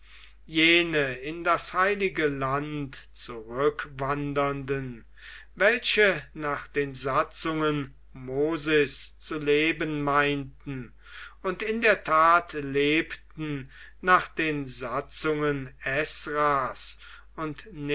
jene in das heilige land zurückwandernden welche nach den satzungen mosis zu leben meinten und in der tat lebten nach den satzungen ezras und